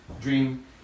dream